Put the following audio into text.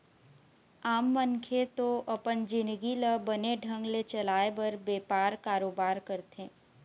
आम मनखे तो अपन जिंनगी ल बने ढंग ले चलाय बर बेपार, कारोबार करथे